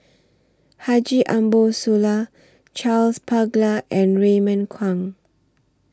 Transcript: Haji Ambo Sooloh Charles Paglar and Raymond Kang